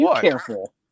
Careful